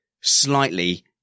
slightly